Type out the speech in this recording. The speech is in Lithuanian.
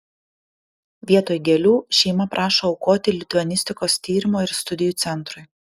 vietoj gėlių šeima prašo aukoti lituanistikos tyrimo ir studijų centrui